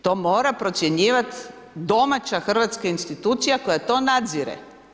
To mora procjenjivati domaća hrvatska institucija koja to nadzire.